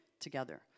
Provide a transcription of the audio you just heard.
together